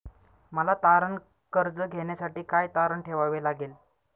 मला तारण कर्ज घेण्यासाठी काय तारण ठेवावे लागेल?